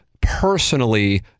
personally